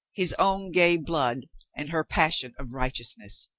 his own gay blood and her passion of righteousness.